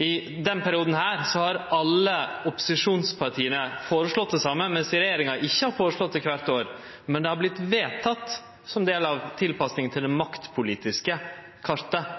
I denne perioden har alle opposisjonspartia føreslått det same, mens regjeringa ikkje har føreslått det kvart år, men det har vorte vedteke som ein del av tilpassinga til det maktpolitiske kartet,